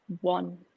one